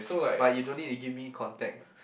but you don't need to give me context